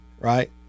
right